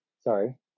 Sorry